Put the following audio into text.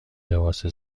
لباس